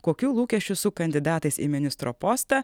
kokių lūkesčių su kandidatais į ministro postą